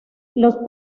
los